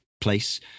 place